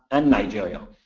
and nigeria.